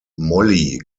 molly